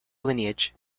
lineage